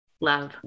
Love